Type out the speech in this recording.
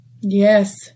Yes